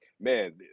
man